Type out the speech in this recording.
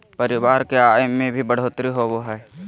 परिवार की आय में भी बढ़ोतरी होबो हइ